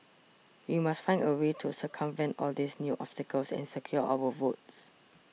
we must find a way to circumvent all these new obstacles and secure our votes